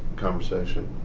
conversation?